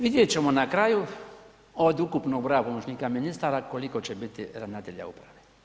Vidjet ćemo na kraju od ukupnog broja pomoćnika ministara koliko će biti ravnatelja uprave.